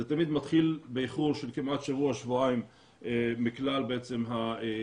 זה תמיד מתחיל באיחור של כמעט שבוע-שבועיים מכלל היישובים,